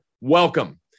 welcome